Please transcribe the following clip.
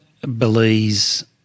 Belize